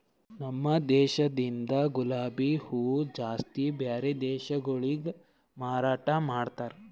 ನಮ ದೇಶದಿಂದ್ ಗುಲಾಬಿ ಹೂವ ಜಾಸ್ತಿ ಬ್ಯಾರೆ ದೇಶಗೊಳಿಗೆ ಮಾರಾಟ ಮಾಡ್ತಾರ್